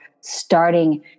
starting